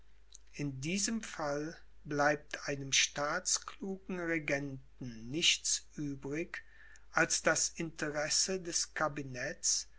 in diesem fall bleibt einem staatsklugen regenten nichts übrig als das interesse des cabinets